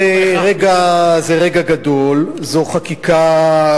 זה רגע גדול, זו חקיקה,